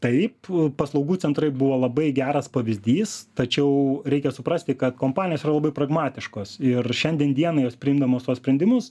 taip paslaugų centrai buvo labai geras pavyzdys tačiau reikia suprasti kad kompanijos yra labai pragmatiškos ir šiandien dienai jos priimdamos tuos sprendimus